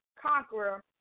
conqueror